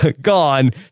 gone